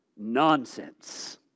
nonsense